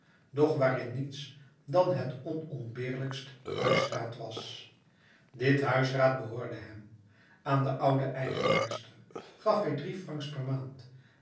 doch waarin niets dan het onontbeerlijkst huisraad was dit huisraad behoorde hem aan de oude eigenaarster gaf hij drie francs per maand